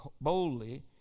boldly